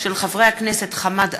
חברי הכנסת חמד עמאר,